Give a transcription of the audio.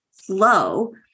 flow